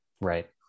Right